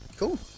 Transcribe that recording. Cool